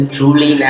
Truly